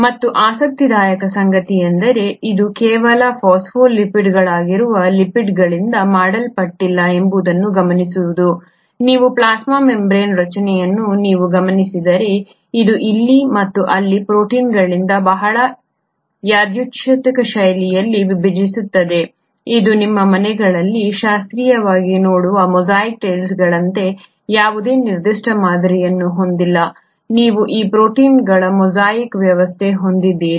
ಮತ್ತು ಆಸಕ್ತಿದಾಯಕ ಸಂಗತಿಯೆಂದರೆ ಇದು ಕೇವಲ ಫಾಸ್ಫೋಲಿಪಿಡ್ಗಳಾಗಿರುವ ಲಿಪಿಡ್ಗಳಿಂದ ಮಾಡಲ್ಪಟ್ಟಿಲ್ಲ ಎಂಬುದನ್ನು ಗಮನಿಸುವುದು ನೀವು ಪ್ಲಾಸ್ಮಾ ಮೆಂಬರೇನ್ ರಚನೆಯನ್ನು ನೀವು ಗಮನಿಸಿದರೆ ಇದು ಇಲ್ಲಿ ಮತ್ತು ಅಲ್ಲಿ ಪ್ರೋಟೀನ್ಗಳಿಂದ ಬಹಳ ಯಾದೃಚ್ಛಿಕ ಶೈಲಿಯಲ್ಲಿ ವಿಭಜಿಸುತ್ತದೆ ಇದು ನಿಮ್ಮ ಮನೆಗಳಲ್ಲಿ ಶಾಸ್ತ್ರೀಯವಾಗಿ ನೋಡುವ ಮೊಸಾಯಿಕ್ ಟೈಲ್ಸ್ಗಳಂತೆಯೇ ಯಾವುದೇ ನಿರ್ದಿಷ್ಟ ಮಾದರಿಯನ್ನು ಹೊಂದಿಲ್ಲ ನೀವು ಈ ಪ್ರೋಟೀನ್ಗಳ ಮೊಸಾಯಿಕ್ ವ್ಯವಸ್ಥೆಯನ್ನು ಹೊಂದಿದ್ದೀರಿ